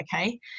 okay